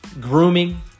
grooming